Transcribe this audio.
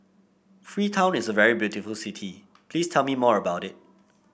Freetown is a very beautiful city please tell me more about it